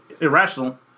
irrational